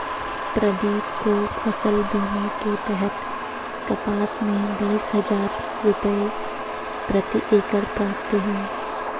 प्रदीप को फसल बीमा के तहत कपास में बीस हजार रुपये प्रति एकड़ प्राप्त हुए